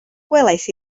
gwelais